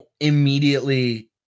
immediately